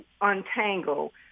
untangle